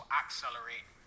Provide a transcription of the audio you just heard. accelerate